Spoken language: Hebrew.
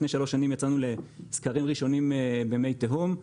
לפני שלוש שנים יצאנו לסקרים ראשונים למי תהום.